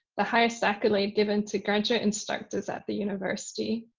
the highest accolade given to graduate instructors at the university.